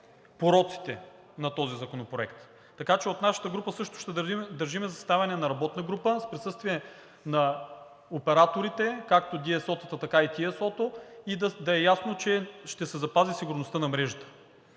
пороците на този законопроект. Така че от нашата група също ще държим за съставяне на работна група, с присъствие на операторите както DSO-тата, така и TSO-то, и да е ясно, че ще се запази сигурността на мрежата.